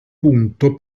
punto